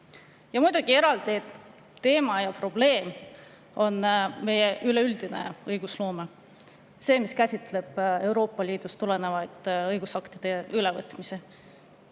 vastuollu. Eraldi teema ja probleem on muidugi meie üleüldine õigusloome – see, mis käsitleb Euroopa Liidust tulenevate õigusaktide ülevõtmist.